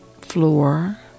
floor